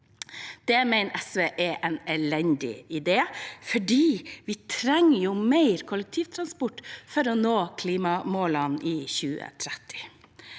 Det mener SV er en elendig idé, for vi trenger mer kollektivtransport for å nå klimamålene i 2030.